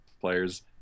players